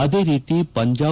ಅದೇ ರೀತಿ ಪಂಜಾಬ್